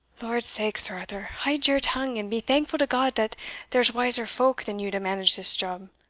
lordsake, sir arthur, haud your tongue, and be thankful to god that there's wiser folk than you to manage this job,